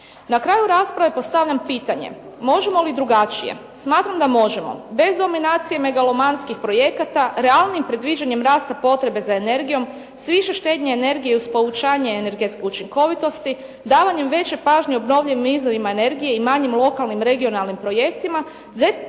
Na kraju rasprave postavljam pitanje možemo li drugačije? Smatram da možemo, bez dominacije megalomanskih projekata, realnijim predviđanjem rasta potrebe za energijom, s više štednje energije i uz povećanje energetske učinkovitosti, davanjem veće pažnje obnovljivim izvorima energije i manjim lokalnim regionalnim projektima,